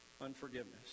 Unforgiveness